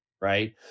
right